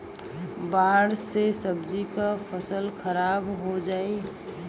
बाढ़ से सब्जी क फसल खराब हो जाई